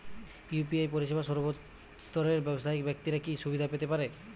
UPI পরিসেবা সর্বস্তরের ব্যাবসায়িক ব্যাক্তিরা কি সুবিধা পেতে পারে?